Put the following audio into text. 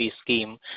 scheme